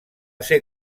ser